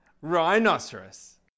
Rhinoceros